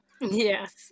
Yes